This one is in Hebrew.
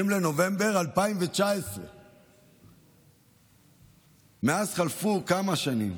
20 בנובמבר 2019. מאז חלפו כמה שנים?